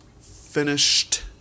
finished